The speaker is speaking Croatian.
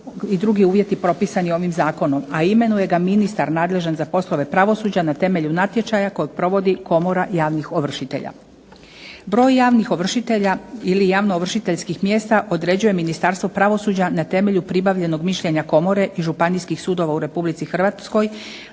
i drugi uvjeti propisani ovim zakonom, a imenuje ga ministar nadležan za poslove pravosuđa na temelju natječaja kojeg provodi komora javnih ovršitelja. Broj javnih ovršitelja ili javno ovršiteljskih mjesta određuje Ministarstvo pravosuđa na temelju pribavljenog mišljenja Komore i županijskih sudova u RH vodeći računa